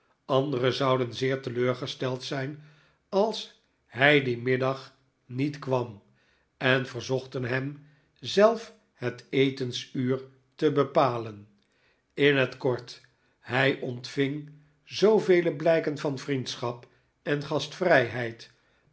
anderen zouden zeer teleurgesteld zijn als hij dien middag niet kwam en verzochten hem zelf het etensuur te bepalen in het kort hij ontving zoovele blijken van vriendschap en gastvrijheid